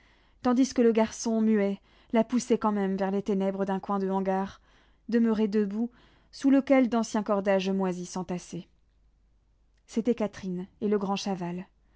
tandis que le garçon muet la poussait quand même vers les ténèbres d'un coin de hangar demeuré debout sous lequel d'anciens cordages moisis s'entassaient c'étaient catherine et le grand chaval